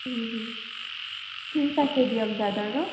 ঠিক আছে দিয়ক দাদা ন